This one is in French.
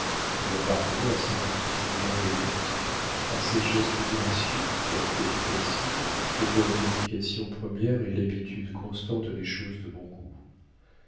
il appartenait à ses intentions bienveillantes à ces gestes gracieux quoique précis que donnent l'éducation première et l'habitude constante des choses de bon goût